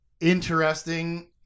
interesting